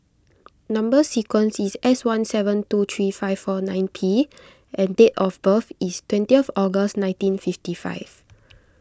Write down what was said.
Number Sequence is S one seven two three five four nine P and date of birth is twentieth August nineteen fifty five